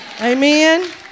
Amen